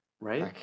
right